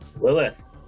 Lilith